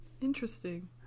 interesting